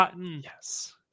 Yes